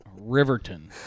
Riverton